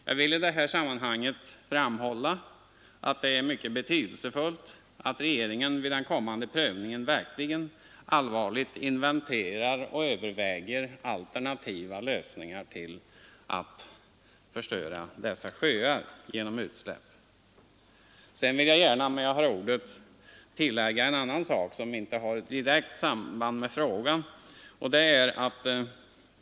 Jag vill framhålla att det är mycket betydelsefullt att regeringen vid den kommande prövningen verkligen allvarligt inventerar och överväger alternativa lösningar, som innebär att dessa sjöar inte förstörs genom utsläpp. Sedan vill jag gärna, när jag har ordet, tillägga en annan sak, som inte har något direkt samband med frågan.